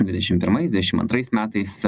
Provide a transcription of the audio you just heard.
dvidešimt pirmais dvidešimt antrais metais